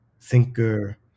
thinker